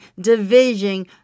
division